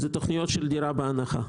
תוכניות של דירה בהנחה,